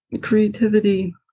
creativity